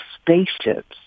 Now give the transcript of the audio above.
spaceships